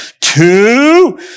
two